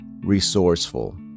resourceful